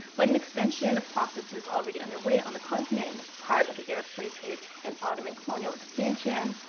but an extension of processes already underway on the continent and the part of the arab slave trade and ottoman colonial expansion.